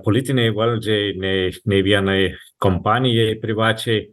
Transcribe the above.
politinei valdžiai nei nei vienai kompanijai privačiai